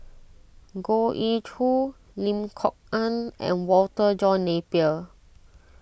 Goh Ee Choo Lim Kok Ann and Walter John Napier